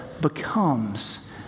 becomes